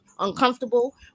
uncomfortable